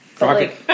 Rocket